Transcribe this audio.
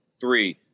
three